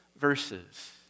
verses